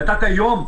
נתת יום,